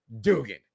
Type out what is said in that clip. Dugan